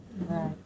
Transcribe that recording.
right